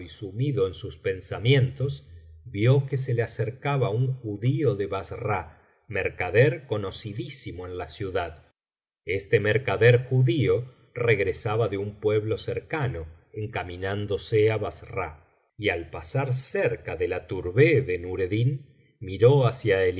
sumido en sus pensamientos vio que se le acercaba un judío de bassra mercader conocidísimo en la ciudad este mercader judío regresaba de un pueblo cercano encaminándose á bassra y al pasar cerca de la tourbeh de nureddin miró hacia el